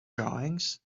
drawings